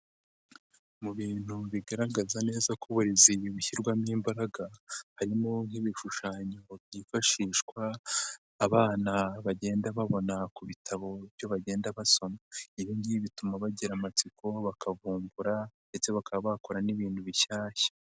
Mu bintu bigaragaza neza ko uburezi bushyirwamo imbaraga, harimo nk'ibishushanyo byifashishwa abana bagenda babona ku bitabo byo bagenda basoma. Ibi ngibi bituma bagira amatsiko, bakavumbura ndetse bakaba bakora n'ibintu bishyashya.